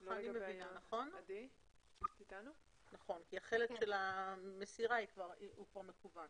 כך אני מבינה כי החלק של המסירה הוא כבר מקוון.